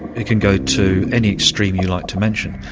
it can go to any extreme you like to mention.